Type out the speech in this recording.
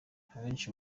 abenshi